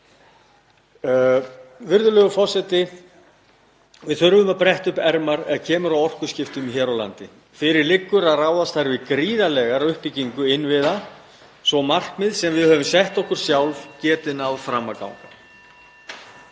Virðulegur forseti. Við þurfum að bretta upp ermar þegar kemur að orkuskiptum hér á landi. Fyrir liggur að ráðast þarf í gríðarlega uppbyggingu innviða svo að markmið sem við höfum sett okkur sjálf geti náð fram að ganga.